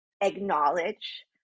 acknowledge